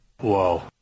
Whoa